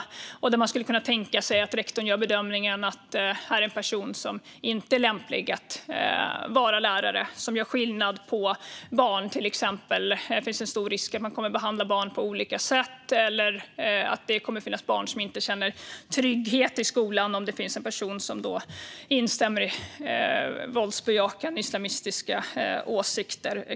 Då skulle man kunna tänka sig att rektorn gör bedömningen att det är en person som inte är lämplig att vara lärare, en person som till exempel gör skillnad på barn, och att det finns en stor risk att denna person kommer att behandla barn på olika sätt eller att det kommer att finnas barn som inte kommer att känna trygghet i skolan om det finns en person där som exempelvis instämmer i våldsbejakande islamistiska åsikter.